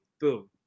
Boom